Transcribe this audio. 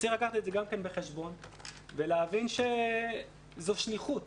אז צריך לקחת את זה גם בחשבון ולהבין שזו שליחות.